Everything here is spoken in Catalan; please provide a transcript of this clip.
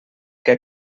que